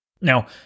Now